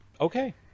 Okay